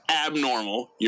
abnormal